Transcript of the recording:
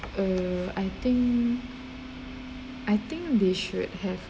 err I think I think they should have